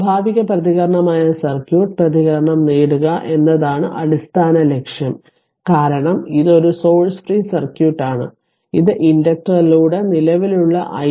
സ്വാഭാവിക പ്രതികരണമായ സർക്യൂട്ട് പ്രതികരണം നേടുക എന്നതാണ് അടിസ്ഥാന ലക്ഷ്യം കാരണം ഇത് ഒരു സോഴ്സ് ഫ്രീ സർക്യൂട്ടാണ് ഇത് ഇൻഡക്റ്ററിലൂടെ നിലവിലുള്ള i